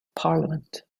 parliament